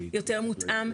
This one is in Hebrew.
יותר מותאם,